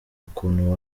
ukuntu